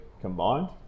combined